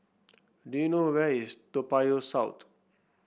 do you know where is Toa Payoh South